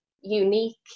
unique